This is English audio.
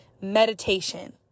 meditation